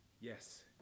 yes